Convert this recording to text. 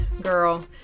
Girl